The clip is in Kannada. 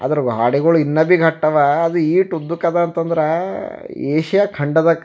ಅದರ ಗೋಡೆಗಳು ಇನ್ನೂ ಭೀ ಗಟ್ಟಿವೆ ಅದು ಇಷ್ಟು ಉದ್ದಕ್ಕೆ ಅದ ಅಂತಂದ್ರೆ ಏಷ್ಯಾ ಖಂಡದಾಗೆ